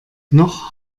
noch